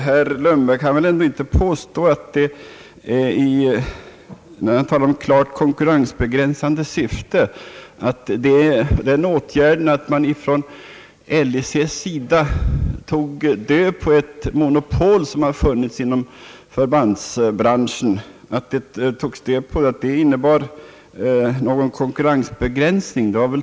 Herr Lundberg talar om klart konkurrensbegränsande syfte, men då kan han väl ändå inte avse det förhållandet att LIC tog död på ett monopol som funnits inom förbandsbranschen. Det innebar ju raka motsatsen till konkurrensbegränsning.